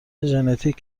ژنتیک